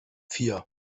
vier